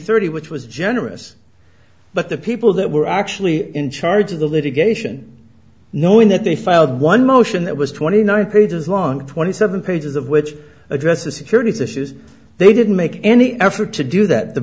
thirty which was generous but the people that were actually in charge of the litigation knowing that they filed one motion that was twenty nine pages long twenty seven pages of which address the security of this is they didn't make any effort to do that the